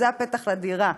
זה הפתח לדירה.